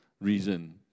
reason